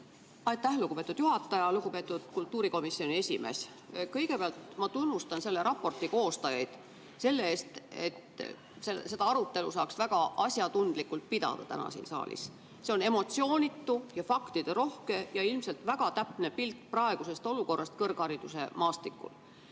Aitäh, lugupeetud juhataja! Lugupeetud kultuurikomisjoni esimees! Kõigepealt ma tunnustan selle raporti koostajaid selle eest, et seda arutelu saaks väga asjatundlikult pidada täna siin saalis. See on emotsioonitu ja faktiderohke ja ilmselt väga täpne pilt praegusest olukorrast kõrghariduse maastikul.